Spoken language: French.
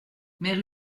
mère